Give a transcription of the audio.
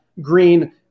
green